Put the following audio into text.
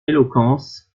éloquence